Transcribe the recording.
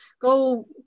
go